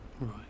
right